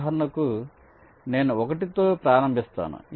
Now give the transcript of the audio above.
ఉదాహరణకు నేను 1 తో ప్రారంభిస్తాను